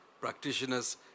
practitioners